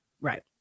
Right